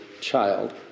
child